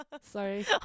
sorry